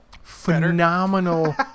Phenomenal